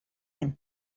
him